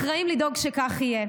אחראים לדאוג שכך יהיה.